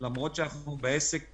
למרות שאנחנו בעסק גלובלי,